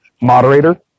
moderator